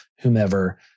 whomever